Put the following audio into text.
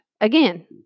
again